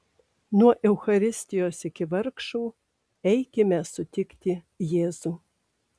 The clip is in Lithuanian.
nuo eucharistijos iki vargšų eikime sutikti jėzų